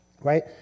right